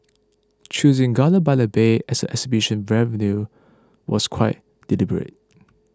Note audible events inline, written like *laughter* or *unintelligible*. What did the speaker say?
choosing Gardens by the Bay as a exhibition *unintelligible* venue was quite deliberate